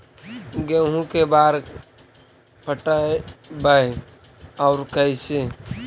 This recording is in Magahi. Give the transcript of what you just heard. गेहूं के बार पटैबए और कैसे?